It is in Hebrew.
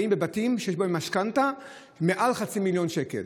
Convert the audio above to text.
האנשים חיים בבתים שיש להם משכנתה של מעל חצי מיליון שקל.